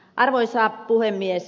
arvoisa puhemies